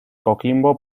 coquimbo